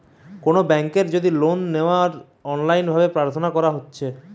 কোনো বেংকের যদি লোন লেওয়া অনলাইন ভাবে প্রার্থনা করা হতিছে